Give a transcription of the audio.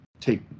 take